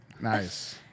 Nice